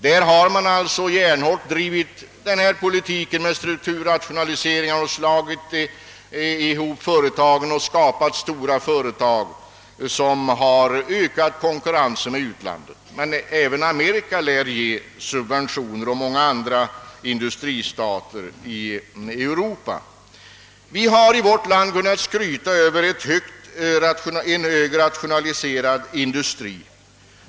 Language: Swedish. Där har man alltså järnhårt drivit denna politik med strukturrationalisering; man har slagit ihop företagen och skapat stora företag som bättre kunnat konkurrera med utlandet. Men även Amerika lär ge subventioner liksom många andra industristater i Europa. Vi har i vårt land kunnat skryta över en högt rationaliserad industri.